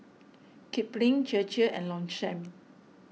Kipling Chir Chir and Longchamp